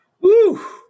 Woo